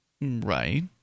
Right